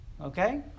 okay